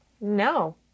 no